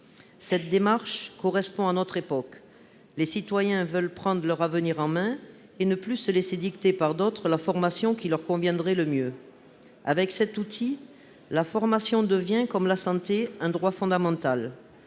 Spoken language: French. Cette démarche correspond à notre époque, où les citoyens veulent prendre leur avenir en main et ne plus se laisser dicter par d'autres la formation qui leur conviendrait le mieux. Avec cet outil, la formation devient, comme la santé, un droit fondamental.